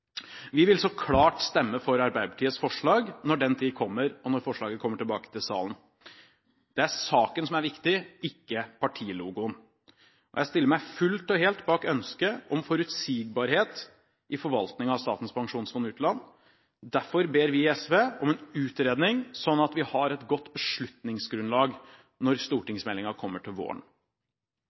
Vi vil så klart stemme for Arbeiderpartiets forslag når den tid kommer – når forslaget kommer til behandling i salen. Det er saken som er viktig, ikke partilogoen, og jeg stiller meg fullt og helt bak ønsket om forutsigbarhet i forvaltningen av Statens pensjonsfond utland. Derfor ber vi i SV om en utredning, slik at vi har et godt beslutningsgrunnlag når stortingsmeldingen kommer til våren.